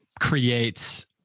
creates